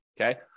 Okay